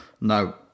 No